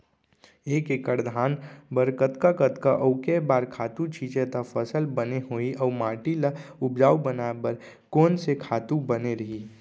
एक एक्कड़ धान बर कतका कतका अऊ के बार खातू छिंचे त फसल बने होही अऊ माटी ल उपजाऊ बनाए बर कोन से खातू बने रही?